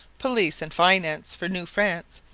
police, and finance for new france,